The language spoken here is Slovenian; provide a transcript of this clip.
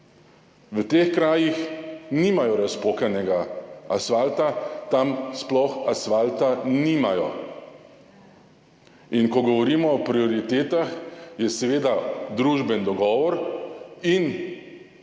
V teh krajih nimajo razpokanega asfalta, tam sploh asfalta nimajo. In ko govorimo o prioritetah, je seveda družbeni dogovor in,